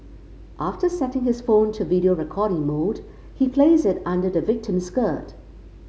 after setting his phone to video recording mode he placed it under the victim's skirt